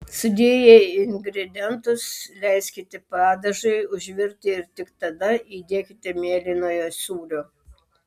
sudėję ingredientus leiskite padažui užvirti ir tik tada įdėkite mėlynojo sūrio